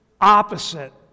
opposite